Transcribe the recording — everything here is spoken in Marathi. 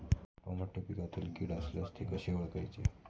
टोमॅटो पिकातील कीड असल्यास ते कसे ओळखायचे?